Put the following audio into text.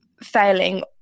failing